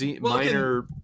minor